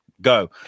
go